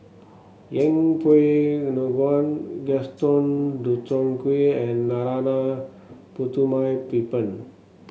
Yeng Pway Ngon Gaston Dutronquoy and Narana Putumaippittan